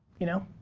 you know,